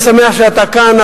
אני שמח שאתה כאן,